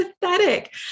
pathetic